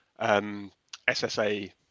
SSA